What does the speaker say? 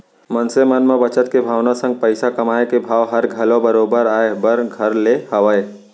मनसे मन म बचत के भावना संग पइसा कमाए के भाव हर घलौ बरोबर आय बर धर ले हवय